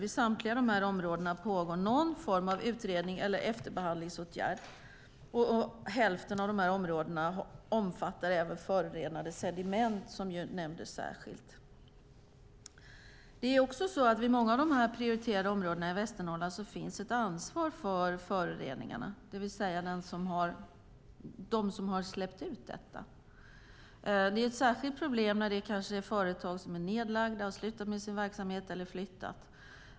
I samtliga av de här områdena pågår någon form av utredning eller efterbehandlingsåtgärd. Hälften av de här områdena omfattar även förorenade sediment, som nämndes särskilt. I många av de här prioriterade områdena i Västernorrland finns ett ansvar för föroreningarna, det vill säga hos dem som har släppt ut detta. Det är ett särskilt problem när det kanske är företag som är nedlagda, har slutat med sin verksamhet eller flyttat.